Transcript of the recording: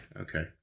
okay